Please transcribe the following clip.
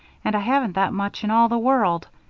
and i haven't that much in all the world.